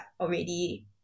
already